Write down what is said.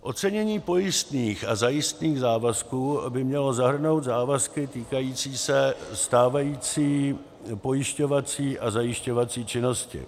Ocenění pojistných a zajistných závazků by mělo zahrnout závazky týkající se stávající pojišťovací a zajišťovací činnosti.